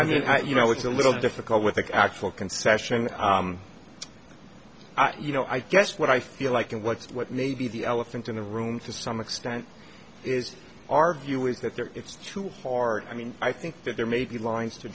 i mean you know it's a little difficult with the actual concession you know i guess what i feel like and what's what maybe the elephant in the room to some extent is our view is that there it's too hard i mean i think that there may be lines to